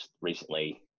recently